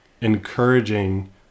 encouraging